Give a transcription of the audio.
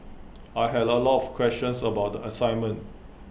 I had A lot of questions about the assignment